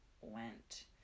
went